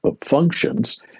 functions